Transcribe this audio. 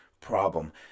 problem